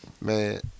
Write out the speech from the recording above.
Man